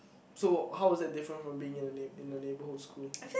so how was that different from being in the neigh~ in the neighborhood school